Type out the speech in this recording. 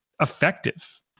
effective